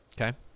Okay